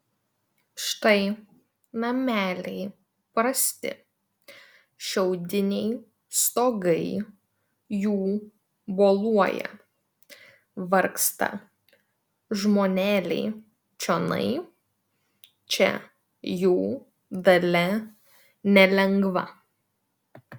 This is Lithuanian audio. štai nameliai prasti šiaudiniai stogai jų boluoja vargsta žmoneliai čionai čia jų dalia nelengva